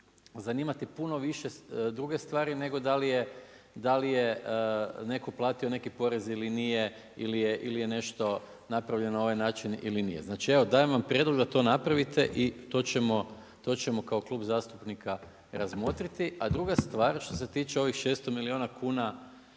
zanimati puno više druge stvari nego da li je netko platio neki porez ili nije ili je nešto napravljeno na ovaj način ili nije. Znači, evo dajem vam prijedlog da to napravite i to ćemo kao klub zastupnika razmotriti. A druga stvar što se tiče ovih 600 milijuna kuna